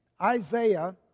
Isaiah